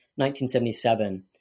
1977